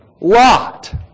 Lot